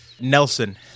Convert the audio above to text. Nelson